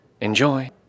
Enjoy